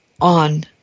on